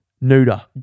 Nuda